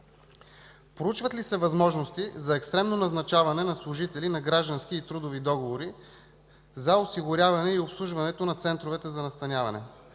Проучват ли се възможности за екстремно назначаване на служители на граждански и трудови договори за осигуряване и обслужването на центровете за настаняване?